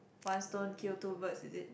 one stone kill two birds is it